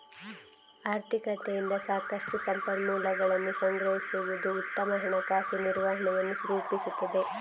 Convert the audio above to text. ಆರ್ಥಿಕತೆಯಿಂದ ಸಾಕಷ್ಟು ಸಂಪನ್ಮೂಲಗಳನ್ನು ಸಂಗ್ರಹಿಸುವುದು ಉತ್ತಮ ಹಣಕಾಸು ನಿರ್ವಹಣೆಯನ್ನು ರೂಪಿಸುತ್ತದೆ